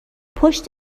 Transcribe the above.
پشت